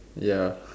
ya